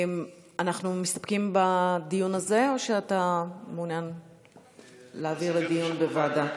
אנחנו מסתפקים בדיון הזה או שאתה מעוניין להעביר לדיון בוועדה?